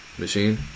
Machine